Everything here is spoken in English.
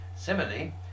Similarly